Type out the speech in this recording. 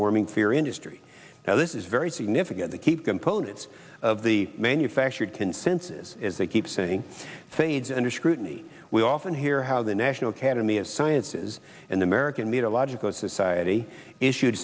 warming fear industry now this is very significant to keep components of the manufactured consensus as they keep saying fades under scrutiny we often hear how the national academy of sciences and american made a logical society issued